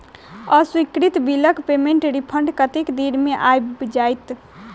अस्वीकृत बिलक पेमेन्टक रिफन्ड कतेक देर मे आबि जाइत?